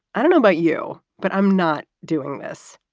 i don't know about you, but i'm not doing this,